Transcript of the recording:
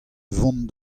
vont